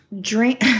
Drink